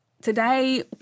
today